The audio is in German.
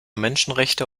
menschenrechte